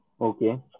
okay